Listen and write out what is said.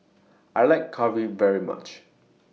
I like Curry very much